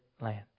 land